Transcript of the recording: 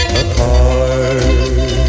apart